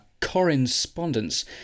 correspondence